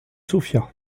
sofia